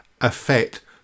affect